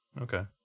Okay